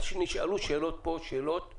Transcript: נשאלו כאן שאלות ברורות.